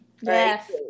Yes